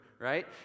right